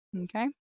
Okay